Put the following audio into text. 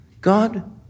God